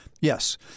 Yes